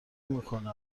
میکنه